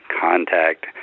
contact